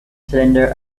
cylinder